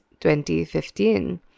2015